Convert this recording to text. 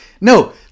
No